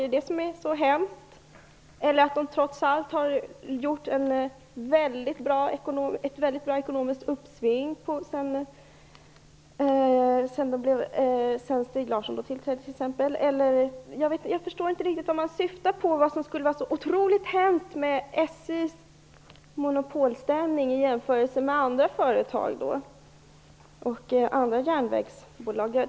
Är det så förskräckligt? SJ har trots allt fått ett mycket bra ekonomiskt uppsving sedan Stig Larsson tillträdde. Jag förstår inte vad som skulle vara så negativt med SJ:s monopolställning när man jämför med andra järnvägsbolag.